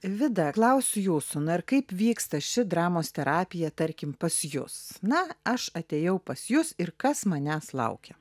vida klausiu jūsų na kaip ir vyksta ši dramos terapija tarkim pas jus na aš atėjau pas jus ir kas manęs laukia